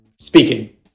speaking